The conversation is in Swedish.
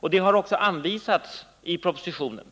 Detta har också framhållits i propositionen.